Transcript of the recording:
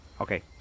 Okay